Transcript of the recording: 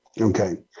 okay